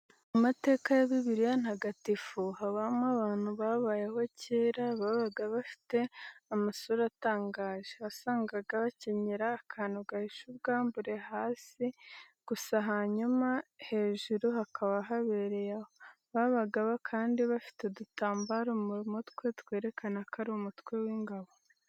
Mu mateka ya Bibiliya ntagatifu habamo abantu babayeho kera babaga bafite amadura atangaje, wasangaga bakenyera akantu gahisha ubwambure hasi gusa hanyuma hejuru hakaba habereye aho, babaga kandi bafite udutambaro mu mutwe twerekana ko ari umutwe w'ingabo.